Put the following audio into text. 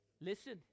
Listen